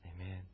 Amen